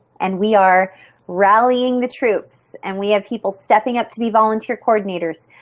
and we are rallying the troops and we have people stepping up to be volunteer coordinators,